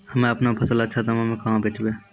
हम्मे आपनौ फसल अच्छा दामों मे कहाँ बेचबै?